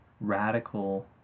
radical